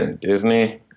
Disney